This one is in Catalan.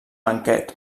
banquet